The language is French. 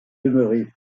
demeuré